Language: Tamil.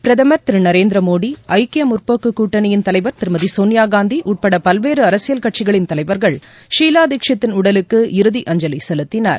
பிரதமர் திரு நரேந்திரமோடி ஐக்கிய முற்போக்கு கூட்டணியின் தலைவர் திருமதி சோனியா காந்தி உட்பட பல்வேறு அரசியல் கட்சிகளின் தலைவர்கள் ஷீலா தீக்ஷித்தின் உடலுக்கு இறுதி அஞ்சலி செலுத்தினர்